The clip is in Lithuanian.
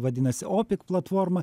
vadinasi opik platforma